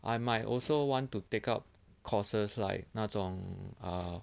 I might also want to take up courses like 那种 ah